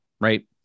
right